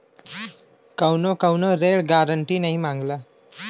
कउनो कउनो ऋण गारन्टी नाही मांगला